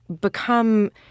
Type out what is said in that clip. become